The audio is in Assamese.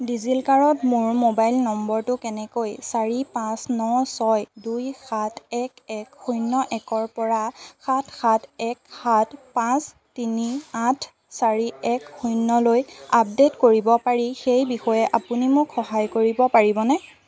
ডিজিলকাৰত মোৰ মোবাইল নম্বৰটো কেনেকৈ চাৰি পাঁচ ন ছয় দুই সাত এক এক শূণ্য একৰ পৰা সাত সাত এক সাত পাঁচ তিনি আঠ চাৰি এক শূণ্য়লৈ আপডেট কৰিব পাৰি সেই বিষয়ে আপুনি মোক সহায় কৰিব পাৰিবনে